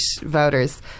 voters